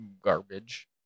garbage